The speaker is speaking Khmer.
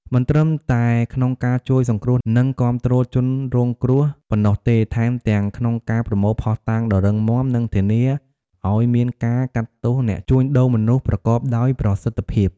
មិនត្រឹមតែក្នុងការជួយសង្គ្រោះ និងគាំទ្រជនរងគ្រោះប៉ុណ្ណោះទេ ថែមទាំងក្នុងការប្រមូលភស្តុតាងដ៏រឹងមាំ និងធានាឲ្យមានការកាត់ទោសអ្នកជួញដូរមនុស្សប្រកបដោយប្រសិទ្ធភាព។